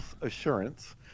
assurance